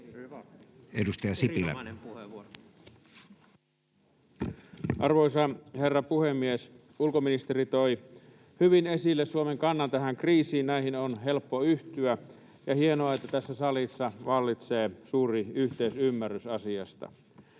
Edustaja Sipilä. Arvoisa herra puhemies! Ulkoministeri toi hyvin esille Suomen kannan tähän kriisiin. Näihin on helppo yhtyä, ja hienoa, että tässä salissa vallitsee suuri yhteisymmärrys asiasta.